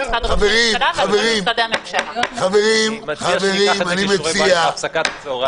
אני מציע שניקח את זה כשיעורי בית להפסקת הצהריים.